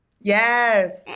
Yes